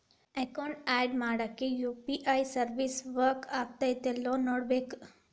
account add ಮಾಡ್ಲಿಕ್ಕೆ UPI service work ಆಗತ್ತೇಲ್ಲೋ ನೋಡ್ಕೋಬೇಕ್